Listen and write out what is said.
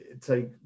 take